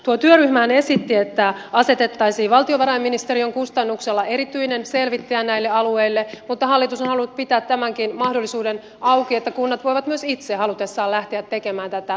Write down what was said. tuo työryhmähän esitti että asetettaisiin valtiovarainministeriön kustannuksella erityinen selvittäjä näille alueille mutta hallitus on halunnut pitää tämänkin mahdollisuuden auki että kunnat voivat myös itse halutessaan lähteä tekemään tätä selvitystä